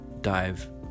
dive